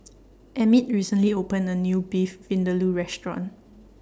Emit recently opened A New Beef Vindaloo Restaurant